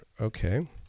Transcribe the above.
Okay